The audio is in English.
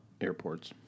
airports